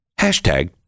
Hashtag